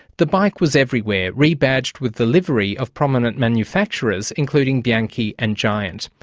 the bike was everywhere, rebadged with the livery of prominent manufacturers, including bianchi and giant.